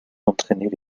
d’entraîner